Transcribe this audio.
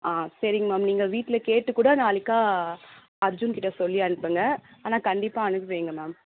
ஆ சரிங்க மேம் நீங்கள் வீட்டில் கேட்டு கூட நாளைக்கு அர்ஜுன் கிட்டே சொல்லி அனுப்புங்க ஆனால் கண்டிப்பாக அனுப்பி வையுங்க மேம்